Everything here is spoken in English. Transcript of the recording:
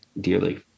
dearly